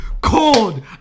Cold